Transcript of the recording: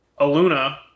Aluna